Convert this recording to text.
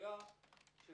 בעיה של